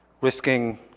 risking